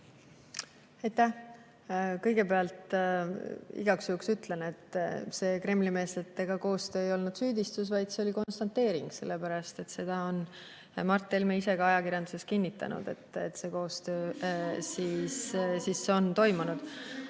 Aitäh! Kõigepealt igaks juhuks ütlen, et see Kremli-meelsetega koostöö ei olnud süüdistus, vaid see oli konstateering. Seda on Mart Helme ise ka ajakirjanduses kinnitanud, et see koostöö on toimunud.